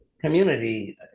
community